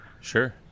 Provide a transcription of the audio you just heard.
Sure